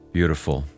Beautiful